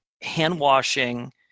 hand-washing